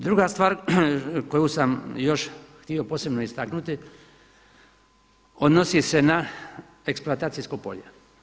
Druga stvar koju sam još htio posebno istaknuti odnosi se na eksploatacijsko polje.